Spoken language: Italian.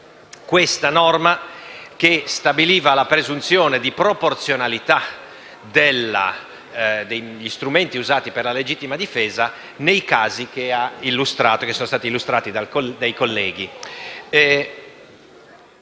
Tale norma stabiliva la presunzione di proporzionalità degli strumenti usati per la legittima difesa, nei casi illustrati dai colleghi.